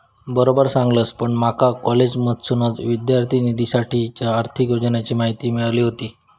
बरोबर सांगलस, पण माका कॉलेजमधसूनच विद्यार्थिनींसाठीच्या आर्थिक योजनांची माहिती मिळाली व्हती